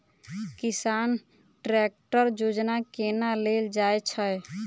किसान ट्रैकटर योजना केना लेल जाय छै?